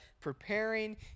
preparing